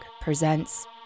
presents